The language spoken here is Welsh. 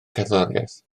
cerddoriaeth